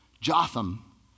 Jotham